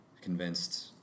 Convinced